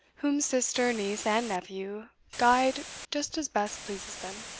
whom sister, niece, and nephew, guide just as best pleases them.